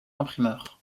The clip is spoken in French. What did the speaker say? imprimeur